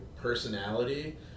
personality